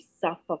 suffer